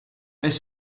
beth